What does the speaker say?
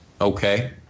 okay